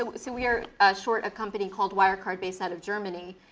um so we are short a company called wirecard based out of germany,